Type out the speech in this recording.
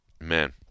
man